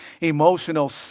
emotional